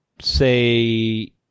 say